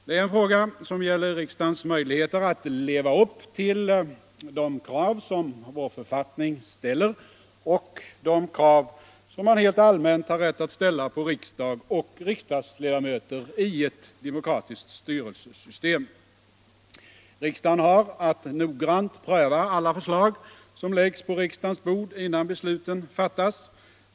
Det är en fråga som gäller riksdagens möjligheter att leva upp till de krav som vår författning ställer och de krav som man helt allmänt har rätt att ställa på riksdag och riksdagsledamöter i ett demokratiskt styrelsesystem. Riksdagen har att noggrant pröva alla förslag som läggs på riksdagens bord innan besluten fattas.